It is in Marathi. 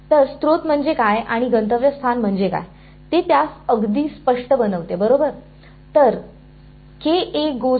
तर स्त्रोत म्हणजे काय आणि गंतव्यस्थान काय आहे ते त्यास अगदी स्पष्ट बनवते बरोबर